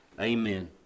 Amen